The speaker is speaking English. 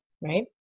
right